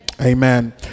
Amen